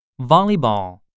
Volleyball